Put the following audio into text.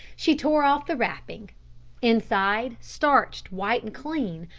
she tore off the wrapping inside, starched white and clean,